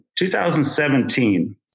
2017